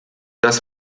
das